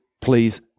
please